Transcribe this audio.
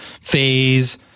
phase